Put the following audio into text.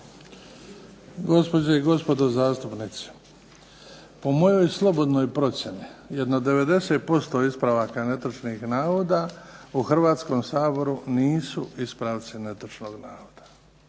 Gospođe i gospodo zastupnici, po mojoj slobodnoj procjeni jedno 90% ispravaka netočnih navoda u Hrvatskom saboru nisu ispravci netočnog navoda.